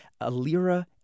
Alira